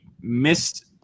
missed